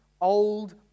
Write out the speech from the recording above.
old